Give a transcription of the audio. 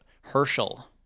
Herschel